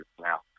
now